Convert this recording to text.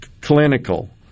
clinical